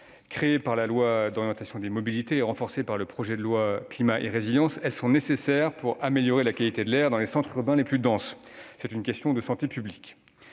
Créées par la loi d'orientation des mobilités et renforcées par le projet de loi Climat et résilience, ces zones sont nécessaires pour améliorer la qualité de l'air dans les centres urbains les plus denses. C'est une question de santé publique.